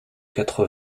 quatre